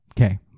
okay